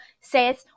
says